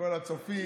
לכל הצופים.